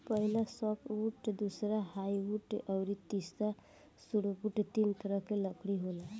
पहिला सॉफ्टवुड दूसरा हार्डवुड अउरी तीसरा सुडोवूड तीन तरह के लकड़ी होला